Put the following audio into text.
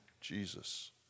Jesus